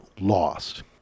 lost